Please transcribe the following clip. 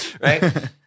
right